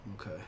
okay